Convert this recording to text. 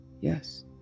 Yes